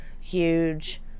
huge